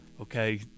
Okay